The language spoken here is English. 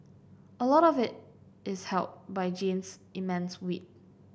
a lot of it is helped by Jean's immense wit